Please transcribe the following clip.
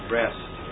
rest